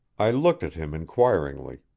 i looked at him inquiringly.